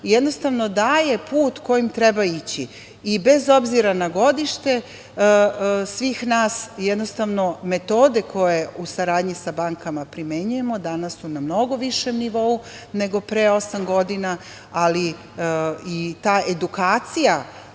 jednostavno daje put kojim treba ići. Bez obzira na godište svih nas, jednostavno metode koje u saradnji sa bankama primenjujemo danas su na mnogo višem nivou nego pre osam godina, ali i ta edukacija